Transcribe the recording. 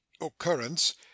Occurrence